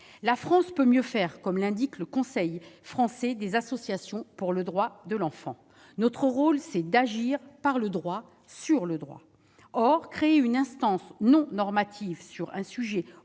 La France peut mieux faire, comme l'indique le Conseil français des associations pour les droits de l'enfant. Notre rôle, c'est d'agir par le droit, sur le droit ! Or créer une instance non normative sur un sujet